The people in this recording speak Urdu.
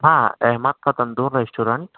ہاں احمد کا تندور ریسٹورینٹ